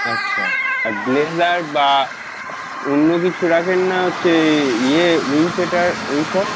আচ্ছা আর ব্লেজার বা অন্য কিছু রাখেন না হচ্ছে ইয়ে উইন্ডচিটার ওইসব